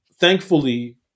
Thankfully